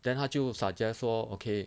then 他就 suggest 说 okay